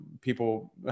people